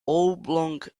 oblong